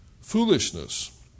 foolishness